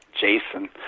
Jason